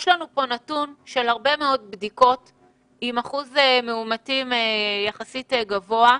יש לנו פה נתון של הרבה מאוד בדיקות עם אחוז מאומתים יחסית גבוה.